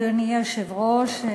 אדוני היושב-ראש,